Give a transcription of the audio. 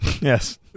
Yes